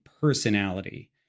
personality